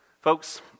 Folks